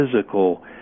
physical